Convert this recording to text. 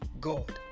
God